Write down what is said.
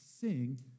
sing